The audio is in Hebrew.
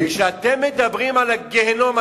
וכשאתם מדברים על הגיהינום,